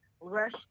rush